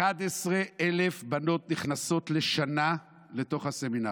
11,000 בנות נכנסות בשנה לתוך הסמינרים.